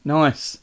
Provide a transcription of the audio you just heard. nice